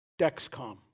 DEXCOM